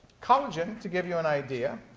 collagen, to give you an idea,